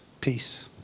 Peace